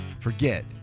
forget